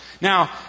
Now